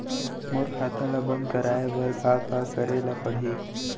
मोर खाता ल बन्द कराये बर का का करे ल पड़ही?